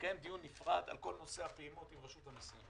לקיים דיון נפרד על כל נושא הפעימות עם רשות המיסים.